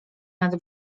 nad